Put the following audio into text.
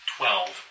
Twelve